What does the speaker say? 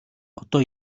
одоо